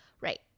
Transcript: right